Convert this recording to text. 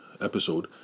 episode